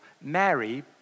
Mary